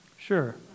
sure